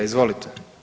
Izvolite.